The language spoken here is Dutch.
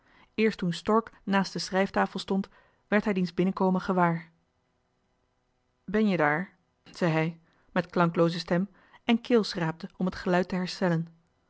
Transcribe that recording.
eerst toen stork naast de schrijftafel stond werd hij diens binnenkomen gewaar ben jij daar zei hij met klanklooze stem en keelschraapte om het geluid te herstellen